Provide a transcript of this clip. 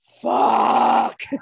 fuck